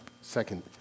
second